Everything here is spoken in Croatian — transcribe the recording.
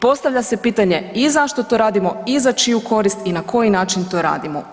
Postavlja se pitanje i zašto to radimo i za čiju korist i na koji način to radimo?